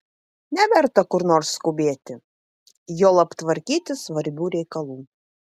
neverta kur nors skubėti juolab tvarkyti svarbių reikalų